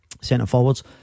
Centre-forwards